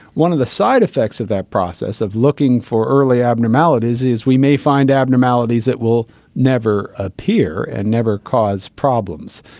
one of the side-effects of that process of looking for early abnormalities is we may find abnormalities that will never appear and never cause problems.